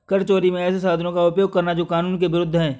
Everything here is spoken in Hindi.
कर चोरी में ऐसे साधनों का उपयोग करना जो कानून के विरूद्ध है